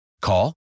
Call